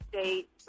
state